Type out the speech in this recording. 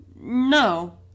No